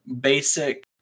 basic